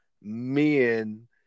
men